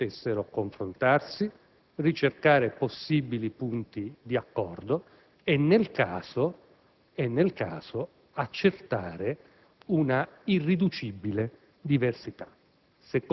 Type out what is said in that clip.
potessero confrontarsi, ricercare possibili punti di accordo e, nel caso, accertare una irriducibile diversità